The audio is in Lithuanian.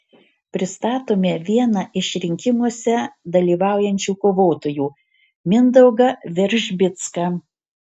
pristatome vieną iš rinkimuose dalyvaujančių kovotojų mindaugą veržbicką